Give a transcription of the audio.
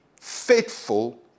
faithful